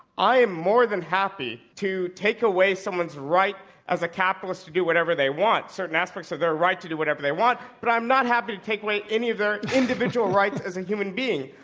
i am more than happy to take away someone's right as a capitalist to do whatever they want certain aspects of their right to do whatever they want, but i'm not happy to take away any of their individual rights as a human being,